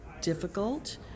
difficult